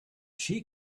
she